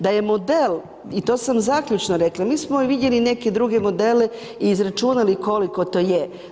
Da je model i to sam zaključno rekla, mi smo i vidjeli i neke druge modele i izračunali koliko to je.